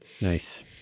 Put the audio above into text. Nice